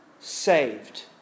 saved